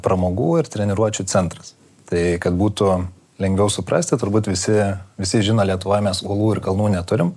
pramogų ir treniruočių centras tai kad būtų lengviau suprasti turbūt visi visi žino lietuvoj mes olų ir kalnų neturim